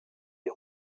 des